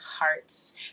hearts